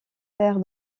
terre